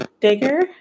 Digger